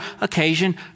occasion